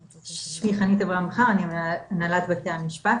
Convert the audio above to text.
שמי חנית אברהם בכר אני מהנהלת בתי המשפט,